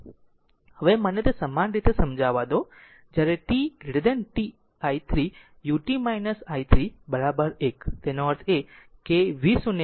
હવે મને તે સમાન રીતે સમજાવા દો જ્યારે t i 3 u t i 3 1 તેનો અર્થ એ કે આ એક v0 હશે